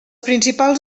principals